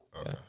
Okay